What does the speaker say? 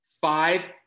five